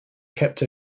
kept